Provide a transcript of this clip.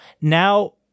now